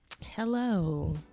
Hello